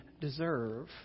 deserve